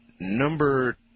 number